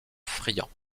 friant